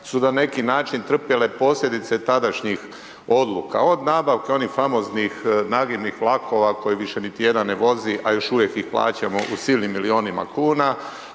su na neki način trpjele posljedice tadašnjih odluka. Od nabavka onih famoznih nagibnih vlakova, koje više niti jedan ne vozi, a još uvijek ih plaćamo u silnim milijunima kn,